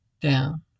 down